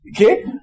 Okay